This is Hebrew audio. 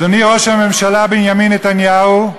אדוני ראש הממשלה בנימין נתניהו,